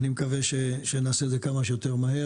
אני מקווה שנעשה את זה כמה שיותר מהר